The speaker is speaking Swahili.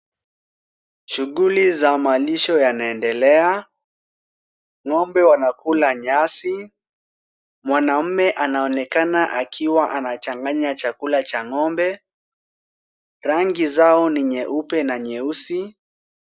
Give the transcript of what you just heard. Shughuli za malisho yanaendelea, ng'ombe wanakula nyasi, mwanaume anaonekana akiwa anachanganya chakula cha ng'ombe, rangi zao ni nyeupe na nyeusi.